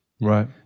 Right